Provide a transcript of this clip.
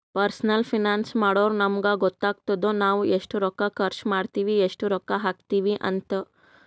personal finance ಮಾಡುರ್ ನಮುಗ್ ಗೊತ್ತಾತುದ್ ನಾವ್ ಎಸ್ಟ್ ರೊಕ್ಕಾ ಖರ್ಚ್ ಮಾಡ್ತಿವಿ, ಎಸ್ಟ್ ರೊಕ್ಕಾ ಹಾಕ್ತಿವ್ ಅಂತ್